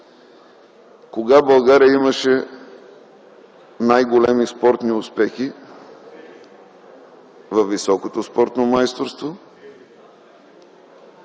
Кога България имаше най-големи спортни успехи във високото спортно майсторство